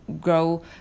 grow